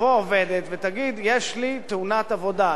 תבוא עובדת ותגיד: יש לי תאונת עבודה,